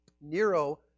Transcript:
Nero